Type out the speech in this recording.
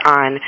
on